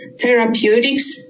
therapeutics